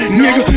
nigga